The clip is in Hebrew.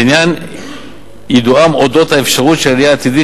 לעניין יידועם אודות האפשרות של עלייה עתידית